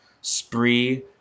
spree